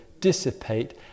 dissipate